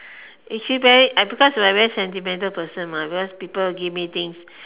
actually very I because I'm very sentimental person because people give me thing